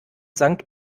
sankt